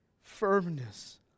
firmness